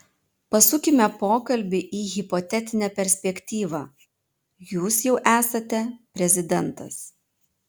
pasukime pokalbį į hipotetinę perspektyvą jūs jau esate prezidentas